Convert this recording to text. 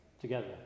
together